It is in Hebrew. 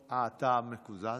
אה, אתה מקוזז?